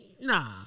nah